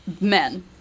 men